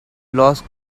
lost